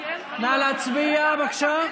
לי אין, נא להצביע, בבקשה.